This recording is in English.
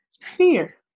fear